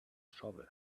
shovel